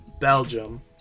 Belgium